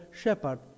shepherd